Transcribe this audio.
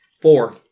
Four